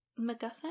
MacGuffin